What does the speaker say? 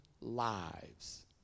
lives